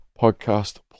podcast